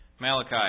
Malachi